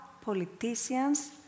politicians